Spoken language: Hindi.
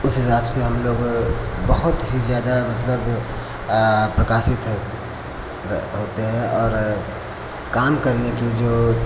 उस हिसाब से हम लोग बहुत ही ज़्यादा मतलब प्रकाशित हो होते हैं और काम करने की जो